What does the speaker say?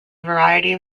variety